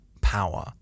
power